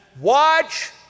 watch